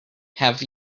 have